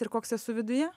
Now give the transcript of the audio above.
ir koks esu viduje